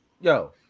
Yo